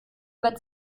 über